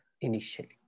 initially